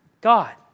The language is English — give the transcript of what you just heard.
God